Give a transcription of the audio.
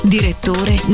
Direttore